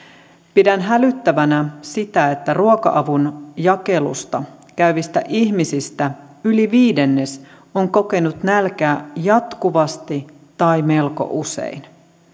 pidän hälyttävänä sitä että ruoka avun jakelussa käyvistä ihmisistä yli viidennes on kokenut nälkää jatkuvasti tai melko usein